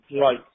Right